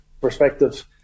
perspective